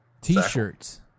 T-shirts